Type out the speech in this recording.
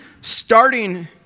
starting